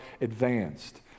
advanced